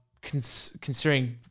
considering